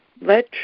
let